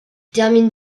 termine